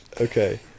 Okay